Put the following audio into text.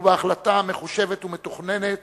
ובהחלטה מחושבת ומתוכננת